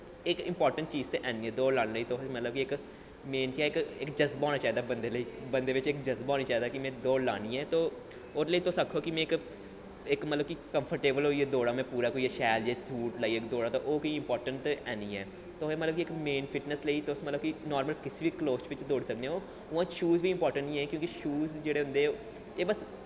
इक इंपार्टैंट चीज ते हैनी नी दौड़ लान लेई मेन केह् ऐ इक जज़बा होनां चाहिदा बंदे लेई बंदे बिच्च इक जज़बा होना चाहिदा कि में दौड़ लानी ऐ ओह् ओह्दे लेई तुस आक्खो कि में इक इक मकलब कि कंफ्रटेवल होइयै दौड़ां ते पूरा कोई शैल जेहा सूट लाइयै दौड़ां ओह् कोई इपार्टैंट ते है नी ऐ मेरी इक मेन फिटनैस लेई मतलब कि तुस नार्मल कुसै बी कलोथ बिच्च दौड़ी सकने ओ शूज़ दी इंपार्टैंट निं ऐ क्योंकि शूज़ जेह्ड़े होंदे एह् बस